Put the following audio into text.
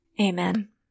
Amen